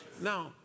Now